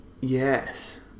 Yes